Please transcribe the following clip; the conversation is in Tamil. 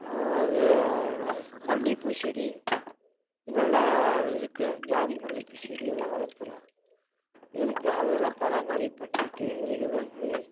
மல்லிப்பூ செடி இதல்லாம் இருக்கு ஜாதி முல்லைப்பூ செடியெல்லாம் வளர்த்துலாம் இருக்கா அது எல்லாம் பராம்பரிப்பு பண்ணிக்கிட்டு இருக்குது இது